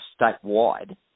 statewide